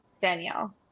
danielle